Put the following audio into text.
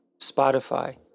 Spotify